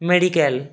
medical